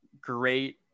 great